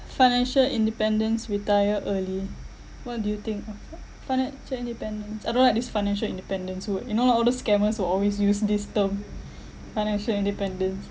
financial independence retire early what do you think financial independence I don't like this financial independence who would you know like all those scammers will always use this term financial independence